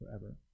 forever